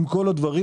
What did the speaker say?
לעומת זאת,